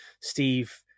Steve